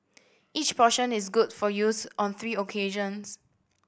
each portion is good for use on three occasions